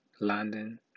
London